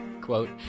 Quote